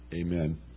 Amen